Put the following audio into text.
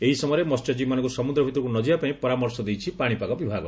ଏହି ସମୟରେ ମହ୍ୟଜୀବୀମାନଙ୍କୁ ସମୁଦ୍ର ଭିତରକୁ ନଯିବା ପାଇଁ ପରାମର୍ଶ ଦେଇଛି ପାଣିପାଗ ବିଭାଗ